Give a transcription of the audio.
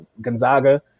Gonzaga